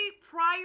prior